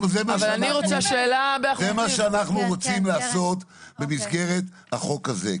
זה מה שאנחנו רוצים לעשות במסגרת החוק הזה,